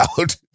out